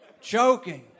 choking